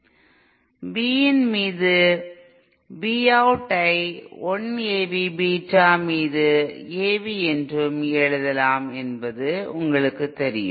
Vin மீது Vout ஐ 1 AV beta இன் மீது AV என்றும் எழுதலாம் என்பது உங்களுக்குத் தெரியும்